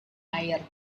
air